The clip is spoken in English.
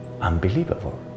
unbelievable